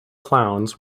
clowns